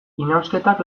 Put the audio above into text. inausketak